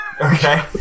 okay